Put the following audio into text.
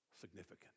significant